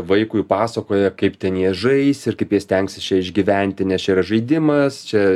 vaikui pasakoja kaip ten jie žais ir kaip jie stengsis čia išgyventi nes čia yra žaidimas čia